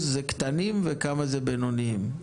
קטנים וכמה בינוניים?